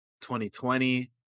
2020